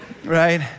right